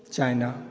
China